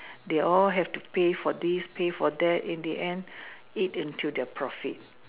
they all have to pay for this pay for that in the end eat into their profit